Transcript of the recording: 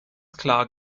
klar